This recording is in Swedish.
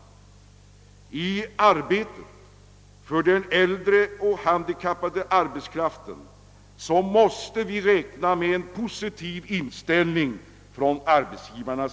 I strävandena att förbättra förhållandena för den äldre och handikappade arbetskraften måste vi kunna räkna med en positiv inställning hos arbetsgivarna.